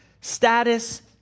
status